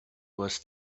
was